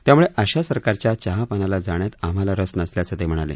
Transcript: त्यामुळे अशा सरकारच्या चहापानाला जाण्यात आम्हाला रस नसल्याचं ते म्हणाले